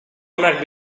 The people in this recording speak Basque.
onak